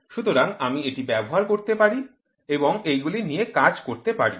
সুতরাং আমি এটি ব্যবহার করতে পারি এবং এগুলি নিয়ে কাজ করতে পারি